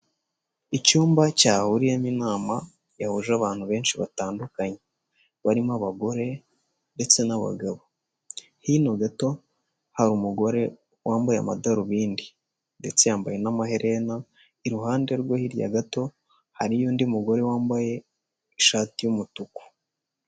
Icyumba cyahuriyemo inama yahuje abantu benshi batandukanye, barimo abagore ndetse n'abagabo, hino gato hari umugore wambaye amadarubindi, ndetse yambaye n'amaherena iruhande rwe hirya gato hari undi mugore wambaye ishati y'umutuku.